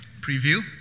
preview